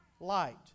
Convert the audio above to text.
Light